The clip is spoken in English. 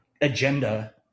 agenda